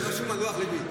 זה רשום על לוח ליבי.